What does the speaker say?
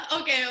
okay